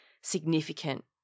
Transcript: significant